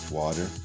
water